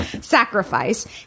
sacrifice